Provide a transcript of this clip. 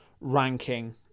ranking